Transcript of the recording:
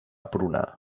pruna